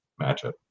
matchup